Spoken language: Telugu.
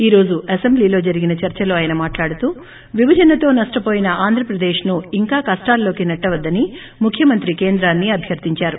ఈ రోజు అసెంబ్లీలో జరిగిన చర్చలో ఆయన మాట్లాడుతూ విభజనతో నష్షవోయిన ఆంధ్రప్రదేశ్ను ఇంకో కష్షాల్లోకి సెట్లవద్దని ముఖ్యమంత్రి కేంద్రాన్ని అభ్యర్షించారు